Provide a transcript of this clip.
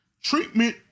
Treatment